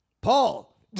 Paul